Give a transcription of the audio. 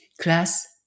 class